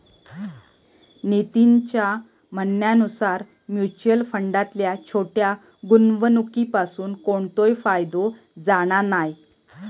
नितीनच्या म्हणण्यानुसार मुच्युअल फंडातल्या छोट्या गुंवणुकीपासून कोणतोय फायदो जाणा नाय